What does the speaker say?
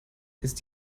ist